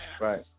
Right